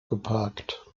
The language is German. geparkt